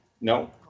no